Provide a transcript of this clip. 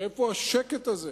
מאיפה השקט הזה?